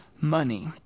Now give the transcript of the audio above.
money